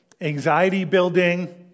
anxiety-building